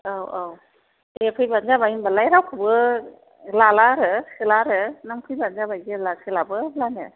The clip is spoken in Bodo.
औ औ दे फैब्लानो जाबाय होनब्लालाय रावखौबो लाला आरो सोला आरो नों फैब्लानो जाबाय जेब्ला सोलाबो अब्लानो